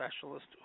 specialist